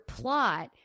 plot